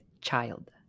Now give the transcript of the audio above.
child